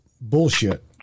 bullshit